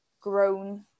grown